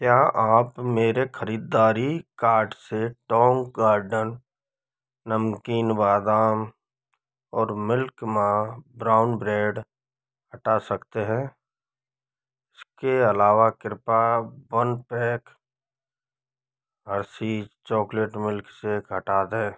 क्या आप मेरे ख़रीदारी कार्ड से नमकीन बादाम और मिल्क मा ब्राउन ब्रेड हटा सकते हैं इसके अलावा कृपया बन पेक असी चोकलेट मिल्क शेक हटा दें